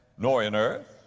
nor in earth,